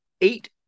eight